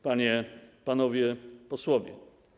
Panie, Panowie Posłowie!